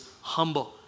humble